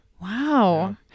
Wow